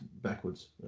backwards